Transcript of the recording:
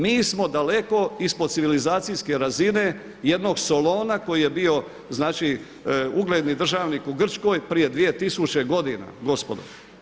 Mi smo daleko ispod civilizacijske razine jednog Solona koji je bio znači ugledni državnih u Grčkoj prije 2 tisuće godina gospodo.